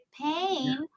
pain